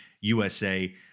usa